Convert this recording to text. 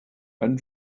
and